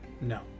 No